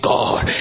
God